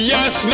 Yes